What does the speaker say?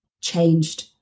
changed